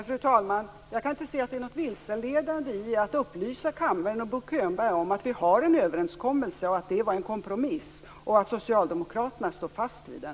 Fru talman! Jag kan inte se att det är något vilseledande i att upplysa kammaren och Bo Könberg om att vi har en överenskommelse, att den är en kompromiss och att Socialdemokraterna står fast vid den.